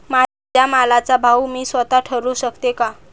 माझ्या मालाचा भाव मी स्वत: ठरवू शकते का?